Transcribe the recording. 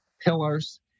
pillars